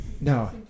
No